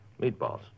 Meatballs